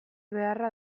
beharra